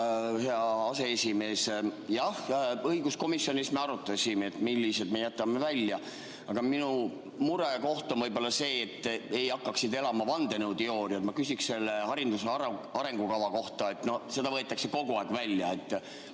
hea aseesimees! Jah, õiguskomisjonis me arutasime, millised punktid me jätame välja. Aga minu murekoht on see, et siin ei hakkaks elama vandenõuteooriad. Ma küsiksin selle hariduse arengukava kohta. No seda võetakse kogu aeg välja.